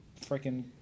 freaking